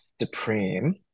Supreme